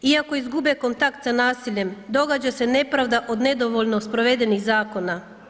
Iako izgube kontakt sa nasiljem događa se nepravda od nedovoljno provedenih zakona.